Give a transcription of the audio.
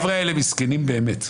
החבר'ה האלה מסכנים באמת.